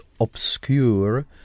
obscure